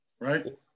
Right